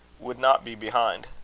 would not be behind.